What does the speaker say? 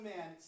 Man